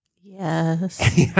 Yes